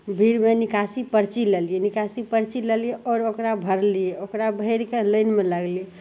भीड़मे निकासी परची लेलिए निकासीके परची लेलिए आओर ओकरा भरलिए ओकरा भरिके लाइनमे लागलिए